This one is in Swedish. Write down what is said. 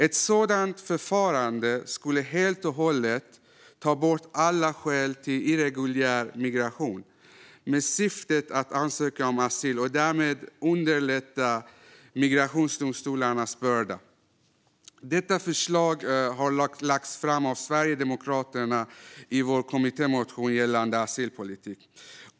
Ett sådant förfarande skulle helt och hållet ta bort alla skäl till irreguljär migration med syfte att ansöka om asyl och därmed underlätta migrationsdomstolarnas börda. Detta förslag har lagts fram av oss i Sverigedemokraterna i vår kommittémotion gällande asylpolitik.